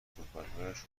صحبتهایش